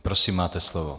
Prosím, máte slovo.